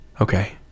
Okay